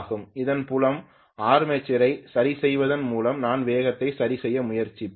அதன் புலம் ஆர்மெச்சரை சரிசெய்வதன் மூலம் நான் வேகத்தை சரிசெய்ய முயற்சிப்பேன்